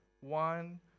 one